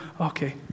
Okay